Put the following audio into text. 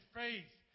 faith